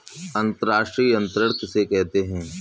अंतर्राष्ट्रीय अंतरण किसे कहते हैं?